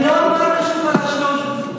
לא אמרתי שהוא חלשלוש.